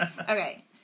Okay